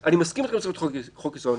כנציג הרשות המבצעת אולי תתייחס לזה.